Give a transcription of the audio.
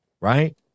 Right